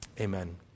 Amen